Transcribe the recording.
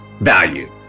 value